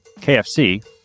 KFC